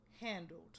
handled